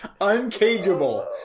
Uncageable